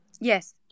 Yes